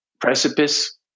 precipice